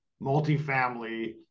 multifamily